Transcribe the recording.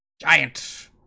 giant